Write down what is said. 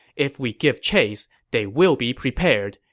if we give chase, they will be prepared.